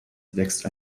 wächst